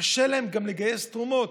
קשה להם גם לגייס תרומות,